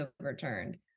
overturned